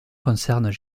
concernent